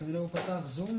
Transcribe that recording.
ככה לבדוק עם